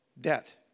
debt